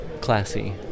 classy